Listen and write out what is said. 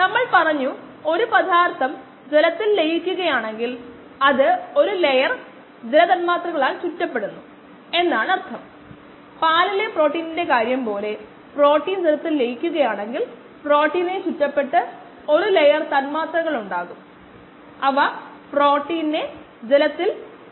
നമ്മൾ s കണ്ടു പിടിക്കുന്നതിനു ആ v തിരിച്ചറിയണമെന്നും അതാണ് റേറ്റ് ഈ ബാച്ചിൽ s അപ്രത്യക്ഷം ആകുന്ന rate v equals minus d s d t എന്നും നമുക്ക് സബ്സ്ട്രേറ്റ്ന്റെ അക്യുമുലേഷൻ നിരക്ക് ഇവിടെ നെഗറ്റീവ് സമാഹരണം അത് ഈക്വല്സ് v m s ഹരിക്കണം K m പ്ലസ് s